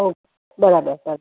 okay બરાબર બરા